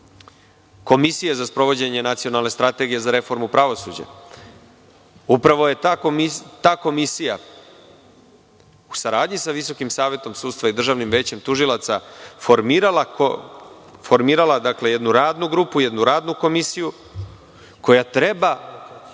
Komisije za sprovođenje nacionalne strategije za reformu pravosuđa. Upravo je ta komisija, u saradnji sa Visokim savetom sudstva i Državnim većem tužilaca, formirala jednu radnu grupu, jednu radnu komisiju, koja treba